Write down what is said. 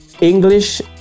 english